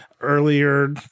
earlier